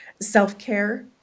self-care